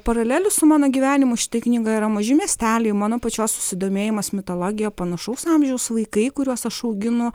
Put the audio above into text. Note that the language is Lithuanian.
paralelių su mano gyvenimu šitoj knygoj yra maži miesteliai mano pačios susidomėjimas mitologija panašaus amžiaus vaikai kuriuos aš auginu